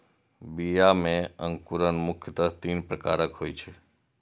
बीया मे अंकुरण मुख्यतः तीन प्रकारक होइ छै